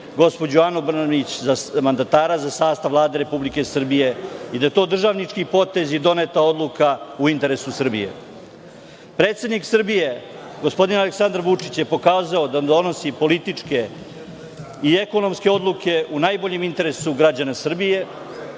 gospođu Anu Brnabić, za mandatara za sastav Vlade Republike Srbije i da je to državnički potez i doneta odluka u interesu Srbije. Predsednik Srbije, gospodin Aleksandar Vučić je pokazao da donosi političke i ekonomske odluke u najboljem interesu građana Srbije.